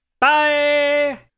Bye